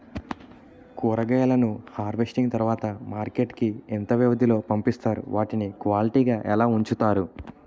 కూరగాయలను హార్వెస్టింగ్ తర్వాత మార్కెట్ కి ఇంత వ్యవది లొ పంపిస్తారు? వాటిని క్వాలిటీ గా ఎలా వుంచుతారు?